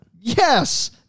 Yes